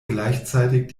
gleichzeitig